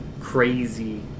crazy